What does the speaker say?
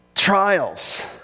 trials